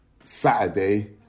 Saturday